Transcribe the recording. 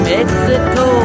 Mexico